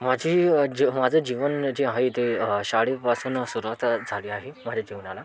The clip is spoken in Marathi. माझे जीव माझं जीवन जे आहे ते शाळेपासून सुरुवात झाली आहे माझ्या जीवनाला